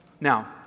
Now